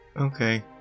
Okay